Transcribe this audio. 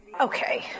Okay